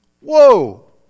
Whoa